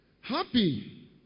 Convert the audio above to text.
Happy